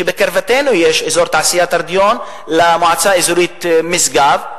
שבקרבתנו יש אזור תעשייה תרדיון של המועצה האזורית משגב.